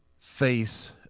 face